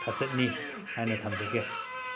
ꯊꯥꯆꯠꯅꯤ ꯍꯥꯏꯅ ꯊꯝꯖꯒꯦ